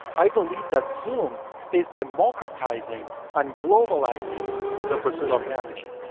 i believe that zoom is democratizing and globalizing the pursuit of happiness.